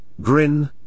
grin